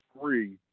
three